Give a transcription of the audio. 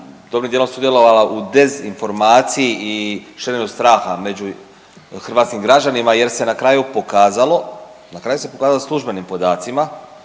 dobrim dijelom sudjelovala u dezinformaciji i širenju straha među hrvatskim građanima jer se na kraju pokazalo, na kraju se pokazalo u službenim podacima